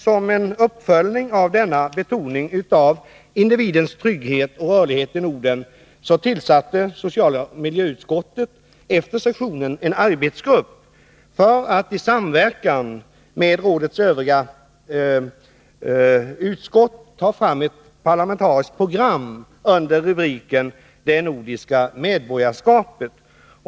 Som en uppföljning av denna betoning av individens trygghet och rörlighet i Norden tillsatte socialoch miljöutskottet efter sessionen en arbetsgrupp för att i samverkan med rådets övriga utskott ta fram ett parlamentariskt program under rubriken Det nordiska medborgarskapet.